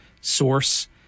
source